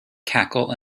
cackle